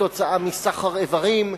כתוצאה מסחר איברים,